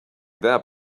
their